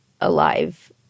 alive